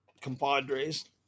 compadres